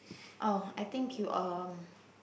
oh I think you are